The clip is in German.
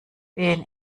wen